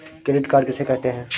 Credit card किसे कहते हैं?